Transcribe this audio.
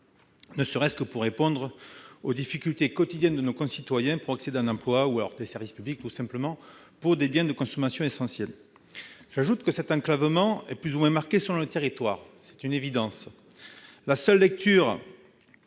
ne serait-ce que pour répondre aux difficultés quotidiennes de nos concitoyens pour accéder à un emploi, à des services publics ou simplement à des biens de consommation essentiels. J'ajoute que cet enclavement est plus ou moins marqué selon les territoires. C'est une évidence ! Les rapports